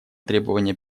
требования